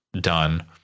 done